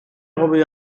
darüber